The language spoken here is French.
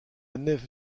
nef